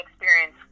experience